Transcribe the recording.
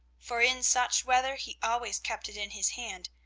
for in such weather he always kept it in his hand,